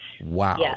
Wow